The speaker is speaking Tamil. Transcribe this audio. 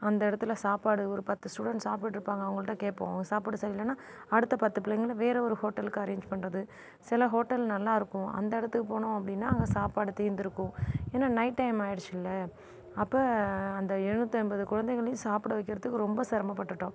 அந்த இடத்துல சாப்பாடு ஒரு பத்து ஸ்டூடெண்ட்ஸ் சாப்பிட்ருப்பாங்க அவங்கள்ட்ட கேட்போம் சாப்பாடு சரிலனா அடுத்த பத்து பிள்ளைங்களை வேறு ஒரு ஹோட்டலுக்கு அரேஞ் பண்ணுறது சில ஹோட்டல் நல்லாருக்கும் அந்த இடத்துக்கு போனோம் அப்படினா அங்கே சாப்பாடு தீந்துருக்கும் ஏன்னா நைட் டைம் ஆயிடுச்சில அப்போ அந்த எழுநூற்றி ஐம்பது குழந்தைங்களயும் சாப்பிட வைக்கிறதுக்கு ரொம்ப சிரம பட்டுட்டோம்